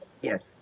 Yes